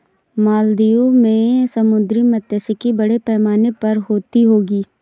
मालदीव में समुद्री मात्स्यिकी बड़े पैमाने पर होती होगी